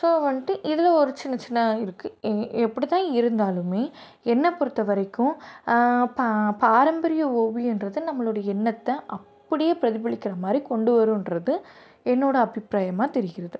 so வந்துட்டு இதில் ஒரு சின்ன சின்ன இருக்குது எ எப்படிதான் இருந்தாலுமே என்னை பொறுத்த வரைக்கும் ப பாரம்பரிய ஓவியன்றது நம்மளுடைய எண்ணத்தை அப்படியே பிரதிபலிக்கிறமாதிரி கொண்டு வருன்றது என்னோடய அபிப்பிராயமாக தெரிகிறது